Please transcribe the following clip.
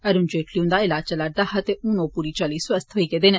अरुण जेटली हुन्दा इलाज चला'रदा हा ते हुन ओ पूरी चाल्ली स्वस्थ होई गे न